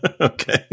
Okay